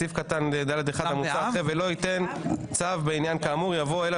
סעיף קטן (ד)(1) ולא ייתן צו בעניין כאמור יבואו אליו